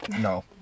No